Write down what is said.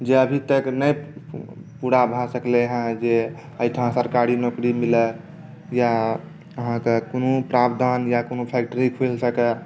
जे अभी तक नहि पुरा भए सकलै हँ जे एहिठाम सरकारी नौकरी मिलए या अहाँकेँ कोनो प्रावधान या कोनो फैक्ट्री खुलि सकए